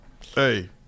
Hey